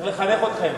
צריך לחנך אתכם,